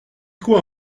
quoi